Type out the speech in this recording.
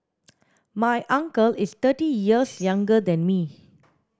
my uncle is thirty years younger than me